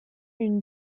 une